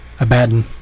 Abaddon